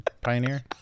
Pioneer